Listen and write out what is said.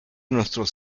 nuestros